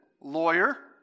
lawyer